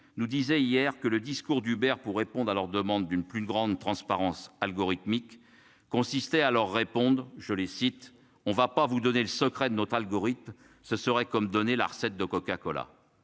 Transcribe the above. nous disait hier que le discours du beurre pour répondre à leur demande d'une plus grande transparence algorithmique consistait à leur répondre, je les cite, on ne va pas vous donner le secret de notre algorithme. Ce serait comme donner la recette de Coca Cola.